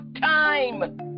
time